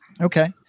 Okay